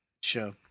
Sure